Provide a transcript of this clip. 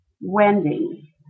wendy